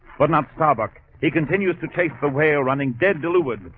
but not starbuck. he continues to taste the whale running dead de lured